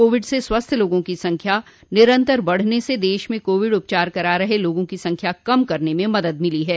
Covid से स्वस्थ लोगों की संख्या निरंतर बढ़ने स देश में कोविड उपचार करा रहे लोगों की संख्या कम करने में मदद मिली है